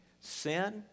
sin